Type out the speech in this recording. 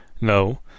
No